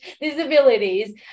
Disabilities